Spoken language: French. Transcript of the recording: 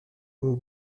bon